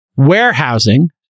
Warehousing